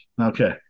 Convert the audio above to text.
okay